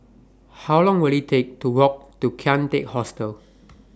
How Long Will IT Take to Walk to Kian Teck Hostel